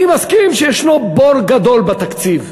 אני מסכים שיש בור גדול בתקציב,